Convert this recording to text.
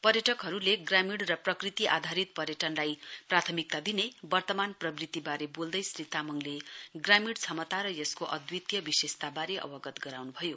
पर्यटकहरूले ग्रामीण र प्रकृति आधारित पर्यटनलाई प्राथमिकता दिने वर्तमान प्रवृत्तिबारे बोल्दै श्री तामाङले ग्रामीण क्षमता र यसको अद्वितीय विशेषताबारे अवगत गराउनु भयो